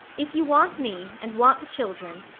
if you want me, and want the children,